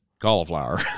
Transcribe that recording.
cauliflower